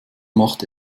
machte